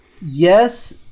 Yes